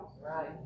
Right